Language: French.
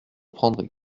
prendrez